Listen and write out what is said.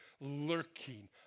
lurking